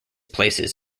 places